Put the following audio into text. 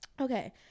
Okay